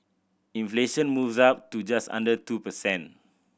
inflation moves up to just under two per cent